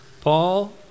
Paul